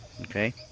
Okay